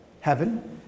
heaven